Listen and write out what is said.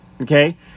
Okay